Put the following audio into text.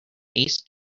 ace